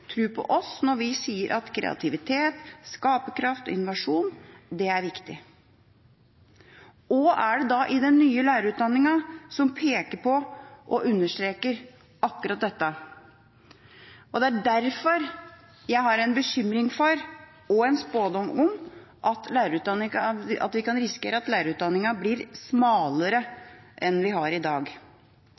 tro på oss når vi sier at kreativitet, skaperkraft og innovasjon er viktig? Hva er det da i den nye lærerutdanningen som peker på og understreker akkurat dette? Det er derfor jeg har en bekymring for og en spådom om at vi kan risikere at lærerutdanningen blir smalere enn den er i dag. Hvis vi har en lærerutdanning som er smalere enn i dag,